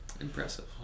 Impressive